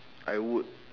I would